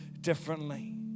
differently